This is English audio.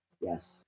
Yes